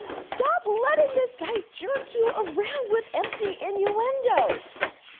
stop letting this guy jerk you around with empty innuendo. look,